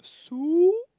soup